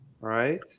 right